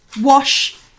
Wash